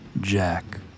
Jack